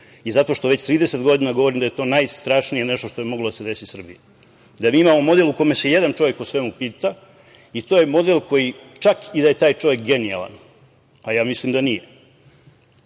i zato što već 30 godina govorim da je to najstrašnije nešto što je moglo da se desi Srbiji, da mi imamo model u kome se jedan čovek o svemu pita. To je model koji, čak i da je taj čovek genijalan, a ja mislim da nije,